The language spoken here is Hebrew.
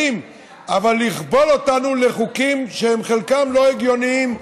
אבל לכבול אותנו לחוקים שהם חלקם לא הגיוניים,